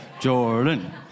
Jordan